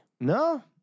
No